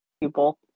Pupil